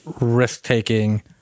risk-taking